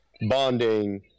bonding